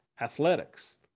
athletics